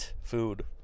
food